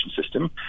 system